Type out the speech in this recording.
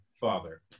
father